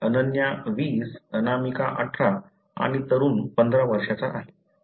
अनन्या 20 अनामिका 18 आणि तरुण 15 वर्षांचा आहे